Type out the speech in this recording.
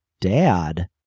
dad